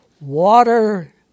Water